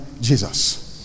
Jesus